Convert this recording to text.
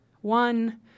one